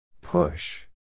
Push